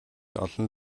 олон